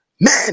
man